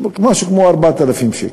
משהו כמו 4,000 שקל,